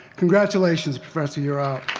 congratulations professor yearout.